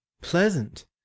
pleasant